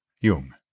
Jung